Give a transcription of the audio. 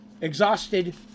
exhausted